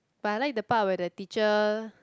but I like the part where the teacher